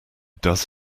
does